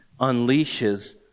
unleashes